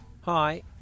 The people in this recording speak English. Hi